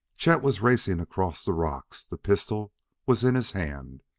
chet was racing across the rocks the pistol was in his hand.